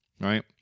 right